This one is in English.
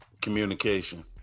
communication